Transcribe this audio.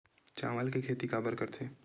चावल के खेती काबर करथे?